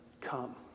come